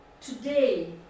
today